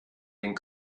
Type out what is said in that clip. den